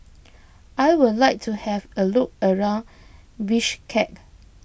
I would like to have a look around Bishkek